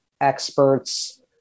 experts